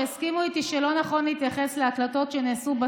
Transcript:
יסכימו איתי שלא נכון להתייחס להקלטות שנעשו.